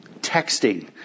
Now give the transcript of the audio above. Texting